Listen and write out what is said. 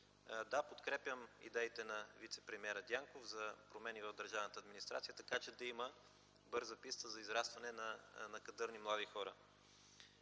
Да, подкрепям идеята на вицепремиера Дянков за промени в държавната администрация, така че да има бърза писта за израстване на кадърни млади хора.